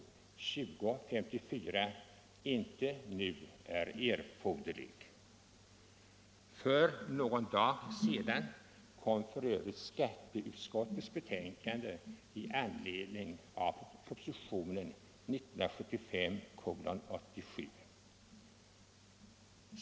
För någon dag sedan kom f. ö. skatteutskottets betänkande i anledning av proposition 1975:87.